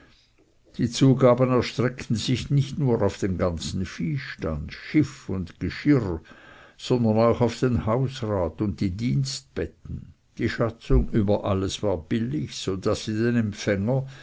die zugaben erstreckten sich nicht nur auf den ganzen viehstand schiff und geschirr sondern auch auf den hausrat und die dienstenbetten die schatzung über alles war billig so daß sie den empfänger